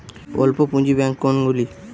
অল্প পুঁজি ব্যাঙ্ক কোনগুলি?